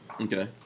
Okay